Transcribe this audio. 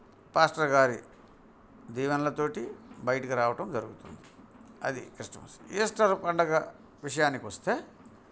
pastor గారి దీవెనలతోటి బయటకు రావడం జరుగుతుంది అది క్రిస్టమస్ ఈస్టర్ పండుగ విషయానికి వస్తే